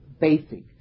basic